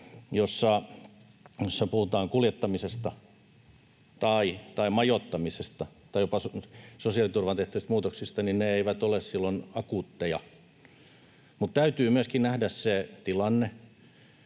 joissa puhutaan kuljettamisesta tai majoittamisesta tai jopa sosiaaliturvaan tehtävistä muutoksista, eivät ole akuutteja. Mutta täytyy myöskin nähdä se tilanne,